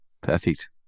Perfect